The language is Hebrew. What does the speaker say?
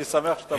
אני שמח אם אתה,